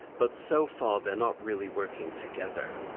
but so far they are not really working together.